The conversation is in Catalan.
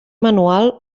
manual